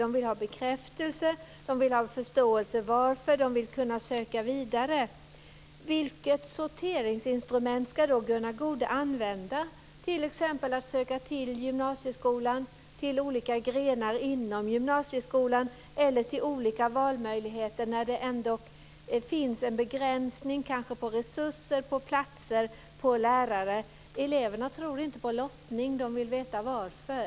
De vill ha bekräftelse, de vill förstå varför, de vill kunna söka vidare. Vilket sorteringsinstrument ska Gunnar Goude använda för t.ex. sökande till gymnasieskolan, till olika grenar inom gymnasieskolan eller till olika valmöjligheter när det ändock finns en begränsning av resurser, platser och lärare. Eleverna tror inte på lottning. De vill veta varför.